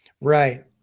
Right